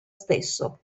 stesso